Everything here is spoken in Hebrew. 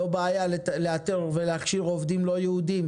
לא בעיה לאתר ולהכשיר עובדים לא יהודים